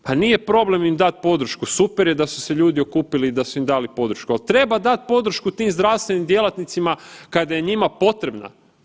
Pa nije problem im dat podršku, super je da su se ljudi okupili i da su im dali podršku, ali treba dati podršku tim zdravstvenim djelatnicima kada je njima potrebna.